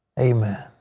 amen.